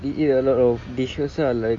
eat eat a lot of dishes ah like